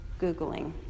Googling